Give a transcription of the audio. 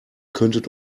könntet